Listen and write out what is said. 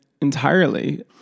entirely